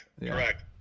Correct